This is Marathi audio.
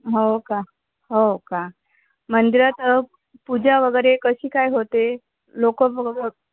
हो का हो का मंदिरात पूजा वगैरे कशी काय होते लोकं वग